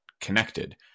connected